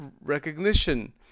recognition